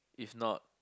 if not